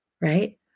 right